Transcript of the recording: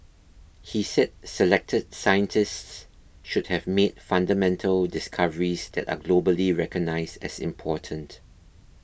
he said selected scientists should have made fundamental discoveries that are globally recognised as important